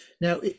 Now